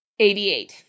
88